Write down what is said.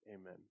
Amen